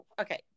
okay